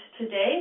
today